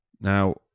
Now